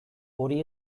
hori